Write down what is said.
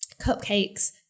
cupcakes